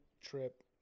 trip